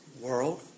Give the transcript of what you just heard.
World